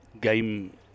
game